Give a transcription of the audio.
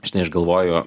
aš neišgalvoju